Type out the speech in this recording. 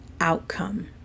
outcome